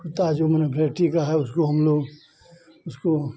कुत्ता मने जो डर्टी का है उसको हम लोग उसको